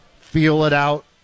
feel-it-out